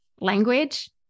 language